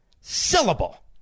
syllable